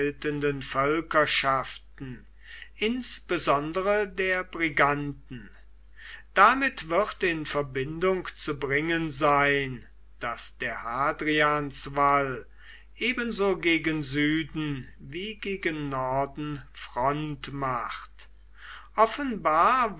völkerschaften insbesondere der briganten damit wird in verbindung zu bringen sein daß der hadrianswall ebenso gegen süden wie gegen norden front macht offenbar